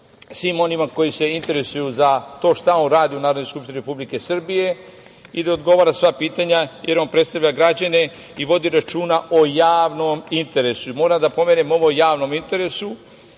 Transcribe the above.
svima onima koji se interesuju za to šta on radi u Narodnoj skupštini Republike Srbije i da odgovara na sva pitanja, jer on predstavlja građane i vodi računa o javnom interesu. Moram da ponovim ovo javnom interesu,